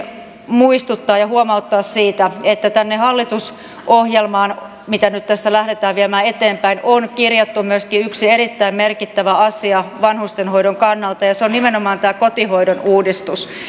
muistuttaa ja huomauttaa siitä että tänne hallitusohjelmaan mitä tässä nyt lähdetään viemään eteenpäin on kirjattu myöskin yksi erittäin merkittävä asia vanhustenhoidon kannalta ja se on nimenomaan tämä kotihoidon uudistus